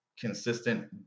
consistent